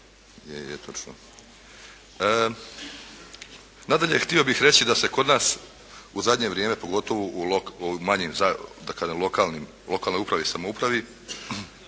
plaćanja. Nadalje, htio bih reći da se kod nas u zadnje vrijeme, pogotovo u manjim, lokalnoj upravi i samoupravi